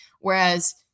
Whereas